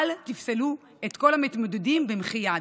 אל תפסלו את כל המתמודדים במחי יד.